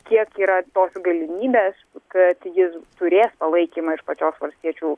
kiek yra tos galimybės kad jis turės palaikymą iš pačios valstiečių